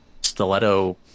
stiletto